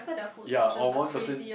ya on one person